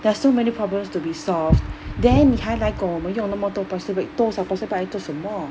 there are so many problems to be solved then 你还来跟我们用那么多 plastic bag 多少 plastic bag 来做什么